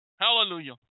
Hallelujah